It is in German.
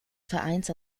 vereins